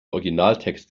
originaltext